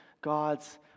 God's